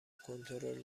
کنترلی